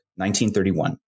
1931